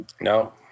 No